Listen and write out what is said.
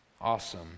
awesome